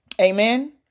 Amen